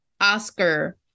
Oscar